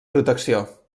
protecció